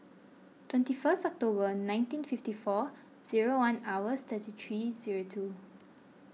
twenty first October nineteen fifty four zero one hours thirty three zero two